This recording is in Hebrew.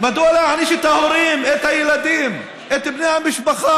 מדוע להעניש את ההורים, את הילדים, את בני המשפחה?